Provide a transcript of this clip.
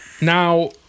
Now